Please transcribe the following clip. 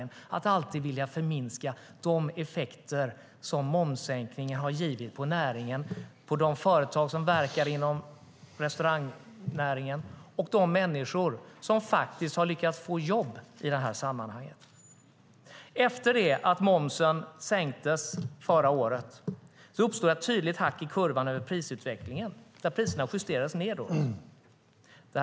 Han vill alltid förminska de effekter som momssänkningen har givit på näringen, på de företag som verkar inom restaurangnäringen och på de människor som har lyckats få jobb i detta sammanhang. Efter det att momsen sänktes förra året uppstod ett tydligt hack i kurvan för prisutvecklingen, där priserna justerades nedåt.